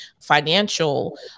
financial